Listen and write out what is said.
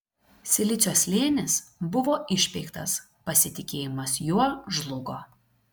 silicio slėnis buvo išpeiktas pasitikėjimas juo žlugo